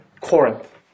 Corinth